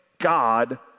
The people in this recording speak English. God